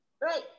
right